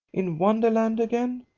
in wonderland again?